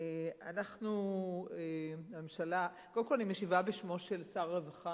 אני משיבה בשמו של שר הרווחה